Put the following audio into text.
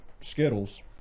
Skittles